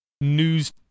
news